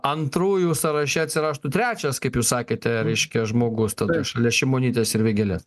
antrųjų sąraše atsirastų trečias kaip jūs sakėte reiškia žmogus ta tuoj šalia šimonytės ir vėgėlės